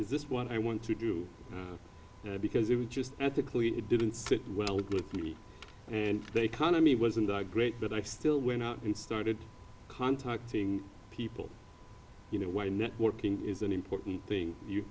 is this what i want to do because it just ethically it didn't sit well with me and they kind of me wasn't that great but i still went out and started contacting people you know why networking is an important thing you